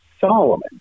Solomon